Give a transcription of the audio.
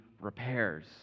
repairs